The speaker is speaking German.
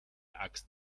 axt